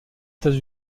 états